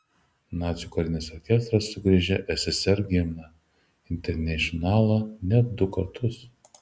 nacių karinis orkestras sugriežė ssrs himną internacionalą net du kartus